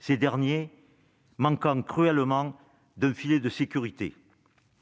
ces derniers manquant cruellement d'un filet de sécurité.